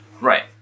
Right